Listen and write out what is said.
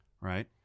right